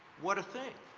what a thing,